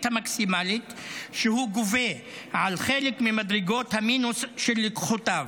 המקסימלית שהוא גובה על חלק ממדרגות המינוס של לקוחותיו.